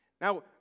Now